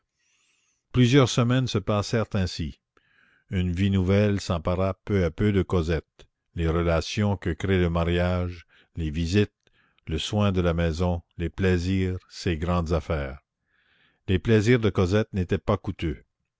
plusieurs semaines se passèrent ainsi une vie nouvelle s'empara peu à peu de cosette les relations que crée le mariage les visites le soin de la maison les plaisirs ces grandes affaires les plaisirs de cosette n'étaient pas coûteux